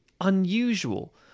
unusual